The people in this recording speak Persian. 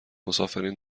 مسافرین